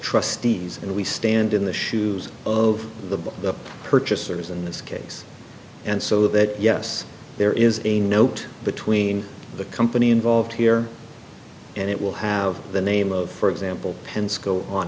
trustees and we stand in the shoes of the book the purchasers in this case and so that yes there is a note between the company involved here and it will have the name of for example